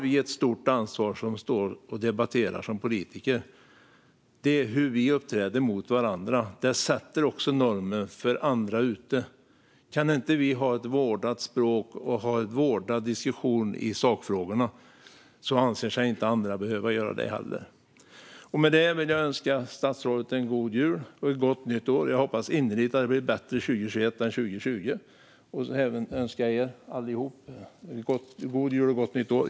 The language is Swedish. Vi politiker som står och debatterar har ett stort ansvar. Vårt sätt att uppträda mot varandra sätter normer för andra. Kan inte vi ha ett vårdat språk och en vårdad diskussion i sakfrågorna anser sig inte andra behöva ha det heller. Med det vill jag önska statsrådet en god jul och ett gott nytt år. Jag hoppas innerligt att det blir bättre 2021 än 2020. Jag önskar även er andra här inne, allihop, en god jul och ett gott nytt år.